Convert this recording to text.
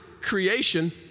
creation